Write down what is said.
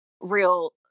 real